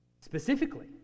specifically